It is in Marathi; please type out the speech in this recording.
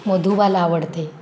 मधुबाला आवडते